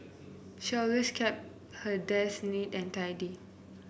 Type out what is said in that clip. she always kept her desk neat and tidy